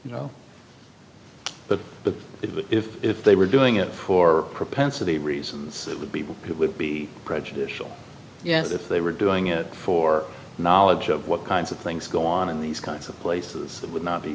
you know but but if if if they were doing it for propensity reasons it would be it would be prejudicial yes if they were doing it for knowledge of what kinds of things go on in these kinds of places that would not be